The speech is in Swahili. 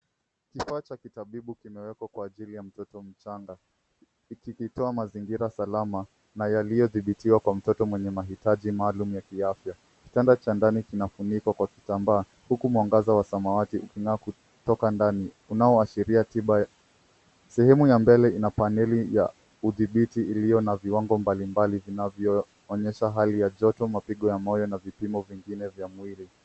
Kifaa cha kitabibu kimewekwa kwa ajili ya mtoto mchanga, kikitoa mazingira salama na yaliyodhibitiwa kwa mtoto mwenye mahitaji maalum ya kiafya. Kitanda cha ndani kinafunikwa kwa kitambaa, huku mwangaza wa samawati uking'aa kutoka ndani unaoashiria tiba. Sehemu ya mbele ina paneli ya udhibiti iliyo na viwango mbalimbali vinavyoonyesha hali ya joto, mapigo ya moyo na vipimo vingine vya mwili.